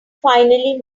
finally